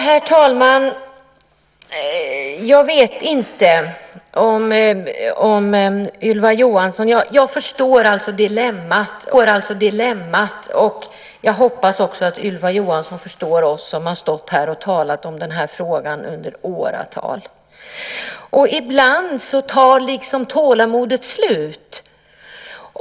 Herr talman! Jag förstår dilemmat, och jag hoppas att Ylva Johansson också förstår oss - vi som har stått här och talat om den här frågan i åratal. Ibland tar tålamodet slut.